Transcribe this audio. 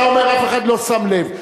אתה אומר: אף אחד לא שם לב.